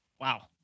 wow